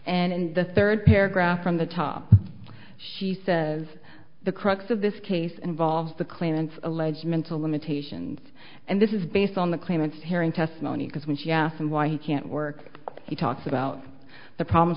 and in the third paragraph from the top she says the crux of this case involves the claimants alleged mental limitations and this is based on the claimants hearing testimony because when she asked him why he can't work he talks about the problems